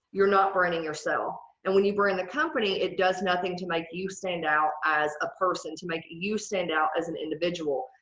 you're not burning yourself. and when you bring the company it does nothing to make you stand out as a person to make you send out as an individual.